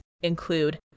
include